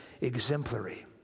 exemplary